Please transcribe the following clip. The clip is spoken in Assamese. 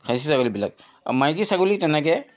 খাচী ছাগলীবিলাক আৰু মাইকী ছাগলী তেনেকৈ